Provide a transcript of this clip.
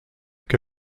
que